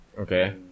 Okay